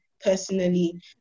personally